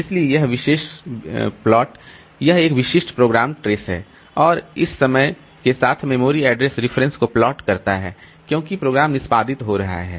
इसलिए यह विशिष्ट प्लॉट है यह एक विशिष्ट प्रोग्राम ट्रेस है और यह समय के साथ मेमोरी एड्रेस रेफरेंस को प्लॉट करता है क्योंकि प्रोग्राम निष्पादित हो रहा है